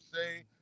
say